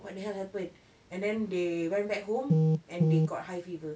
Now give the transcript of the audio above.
what the hell happened and then they went back home and they got high fever